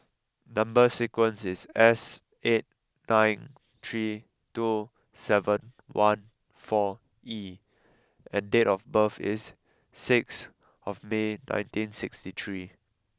number sequence is S eight nine three two seven one four E and date of birth is sixth of May nineteen sixty three